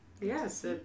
Yes